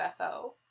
UFO